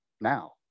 now